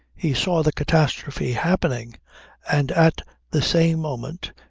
he saw the catastrophe happening and at the same moment,